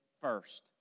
first